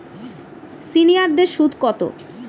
সিনিয়ারদের সুদ কত?